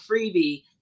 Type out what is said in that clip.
freebie